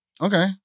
Okay